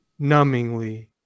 numbingly